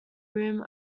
room